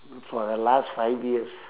for the last five years